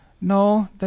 no